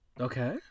Okay